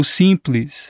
simples